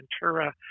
Ventura